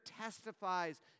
testifies